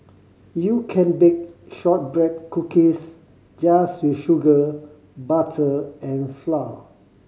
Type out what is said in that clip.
you can bake shortbread cookies just with sugar butter and flour